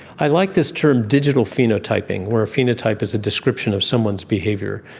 i like this term digital phenotyping, where phenotyping is a description of someone's behaviour,